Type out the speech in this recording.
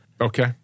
Okay